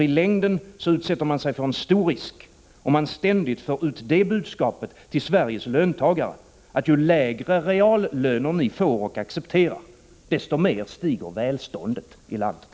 I längden utsätter den sig nämligen för en stor risk om den ständigt för ut det budskapet till Sveriges löntagare, att ju lägre reallöner de får och accepterar, desto mer stiger välståndet i landet.